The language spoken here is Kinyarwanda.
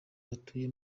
batuye